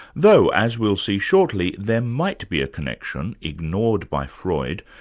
though, as we'll see shortly, there might be a connection, ignored by freud,